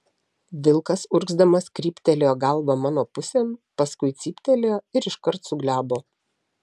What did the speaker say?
vilkas urgzdamas kryptelėjo galvą mano pusėn paskui cyptelėjo ir iškart suglebo